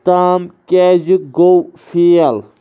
تام کیٛازِ گوٚو فیل